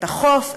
את החוף,